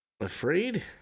Afraid